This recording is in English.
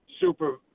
super